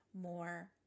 more